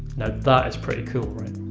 that is pretty cool, right?